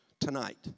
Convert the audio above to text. Tonight